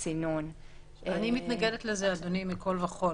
אני מתנגדת לזה מכול וכול.